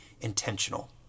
intentional